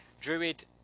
Druid